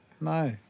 No